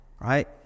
right